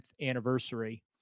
anniversary